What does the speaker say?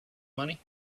money